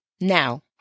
Now